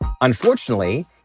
unfortunately